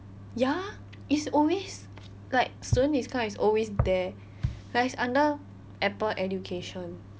ya it's always like student discount is always there like it's under apple education